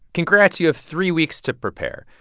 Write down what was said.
congrats. you have three weeks to prepare.